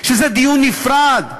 שזה דיון נפרד.